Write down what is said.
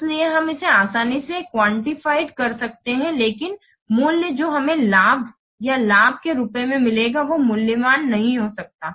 इसलिए हम इसे आसानी से क्वान्टिफिएड कर सकते हैं लेकिन मूल्य जो हमें लाभ या लाभ के रूप में मिलेगा यह मूल्यवान नहीं हो सकता